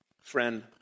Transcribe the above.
Friend